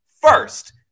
first